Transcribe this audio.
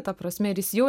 ta prasme ir jis jau